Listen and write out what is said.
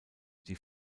die